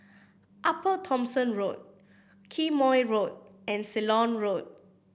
Upper Thomson Road Quemoy Road and Ceylon Road